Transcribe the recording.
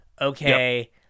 Okay